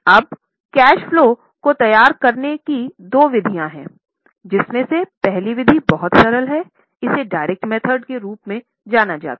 अबकैश फलो को तैयार करने की दो विधियाँ हैं जिनमें से पहली विधि बहुत सरल है इसे डायरेक्टर मेथड के रूप में जाना जाता है